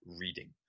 reading